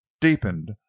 deepened